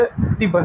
50%